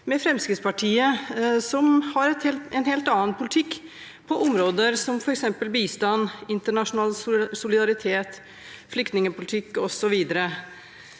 med Fremskrittspartiet, som har en helt annen politikk på områder som f.eks. bistand, internasjonal solidaritet, flyktningpolitikk osv.